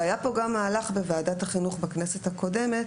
היה גם מהלך שנעשה בוועדת החינוך בכנסת הקודמת,